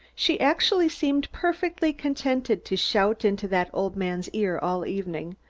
she actually seemed perfectly contented to shout into that old man's ear all evening,